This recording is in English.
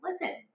listen